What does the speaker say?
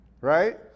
Right